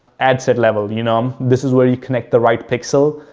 ad set level, you know, um this is where you connect the right pixel.